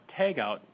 tagout